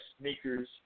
sneakers